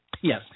Yes